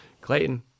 Clayton